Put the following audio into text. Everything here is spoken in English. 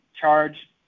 charge